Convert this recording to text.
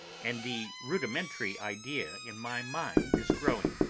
and the rudimentary idea in my mind is growing.